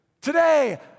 Today